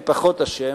מי פחות אשם,